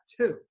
two